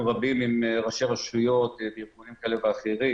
רבים עם ראשי רשויות וארגונים כאלה ואחרים,